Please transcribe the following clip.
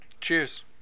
Cheers